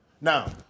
Now